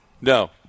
No